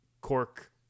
cork